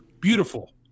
beautiful